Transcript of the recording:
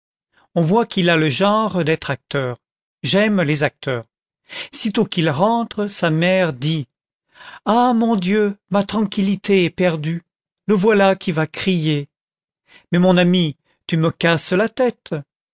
on voit qu'il a le genre d'être acteur j'aime les acteurs sitôt qu'il rentre sa mère dit ah mon dieu ma tranquillité est perdue le voilà qui va crier mais mon ami tu me casses la tête